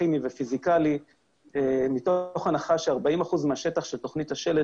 כימי ופיזיקלי מתוך הנחה ש-40 אחוזים מהשטח של תכנית השלד